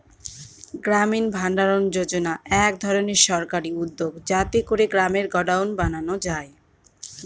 গ্রামীণ ভাণ্ডারণ যোজনা এক ধরনের সরকারি উদ্যোগ যাতে করে গ্রামে গডাউন বানানো যায়